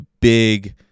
big